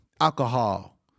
alcohol